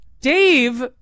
Dave